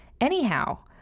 Anyhow